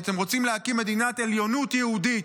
אתם רוצים להקים מדינת עליונות יהודית,